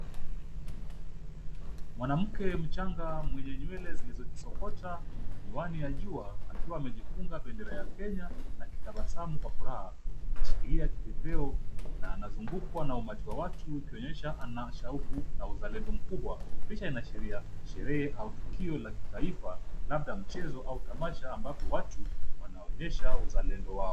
Mwanamke mchanga mwenye nywele zilizojisokota na miwani ya jua, akiwa amejifunga bendera ya Kenya na akitabasamu kwa furaha. Anashikilia kipepeo na anazungukwa na umati wa watu, ukionyesha anashauku na uzalendo mkubwa. Picha inaashiria sherehe au tukio la kitaifa, labda mchezo au tamasha ambapo watu wanaonyesha uzalendo wao.